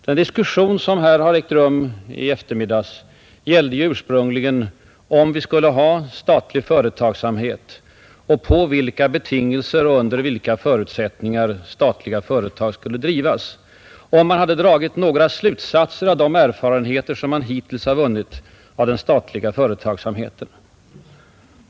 Den diskussion som ägt rum i eftermiddag gällde ursprungligen om vi skulle ha statlig företagsamhet och under vilka förutsättningar statliga företag skulle drivas och om regeringen hade dragit några slutsatser av de erfarenheter som man hittills vunnit av statlig företagsamhet.